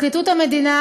פרקליטות המדינה,